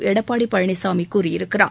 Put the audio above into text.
எடப்பாடி பழனிசாமி கூறியிருக்கிறார்